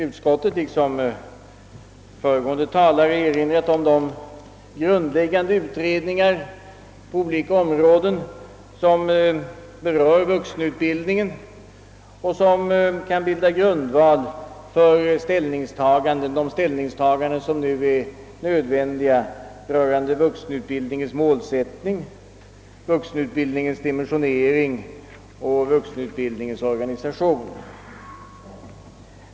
Utskottet har liksom föregående talare erinrat om de grundläggande utredningar på olika områden som berör vuxenutbildningen och som kan bilda grundval för de ställningstaganden som nu är nödvändiga rörande vuxenutbildningens målsättning, dimensionering och organisation.